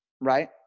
right